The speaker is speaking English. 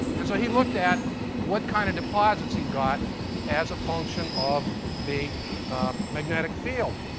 and so he looked at what kind of deposits he got as a function of the magnetic field.